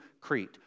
Crete